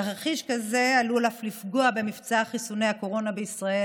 תרחיש כזה עלול אף לפגוע במבצע חיסוני הקורונה בישראל,